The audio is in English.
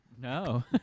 No